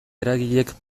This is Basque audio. eragilek